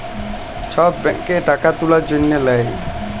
ছব ব্যাংকে টাকা তুলার জ্যনহে লেই